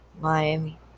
Miami